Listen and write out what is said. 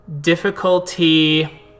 difficulty